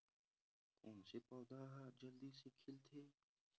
कोन से पौधा ह जल्दी से खिलथे?